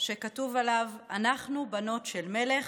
שכתוב עליו: "אנחנו בנות של מלך.